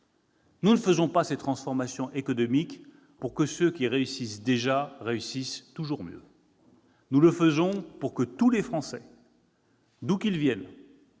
Nous n'accomplissons pas ces transformations économiques pour que ceux qui réussissent déjà réussissent toujours mieux ; nous les faisons pour que chaque Français, d'où qu'il vienne,